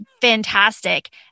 fantastic